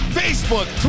facebook